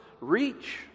reach